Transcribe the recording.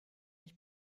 ich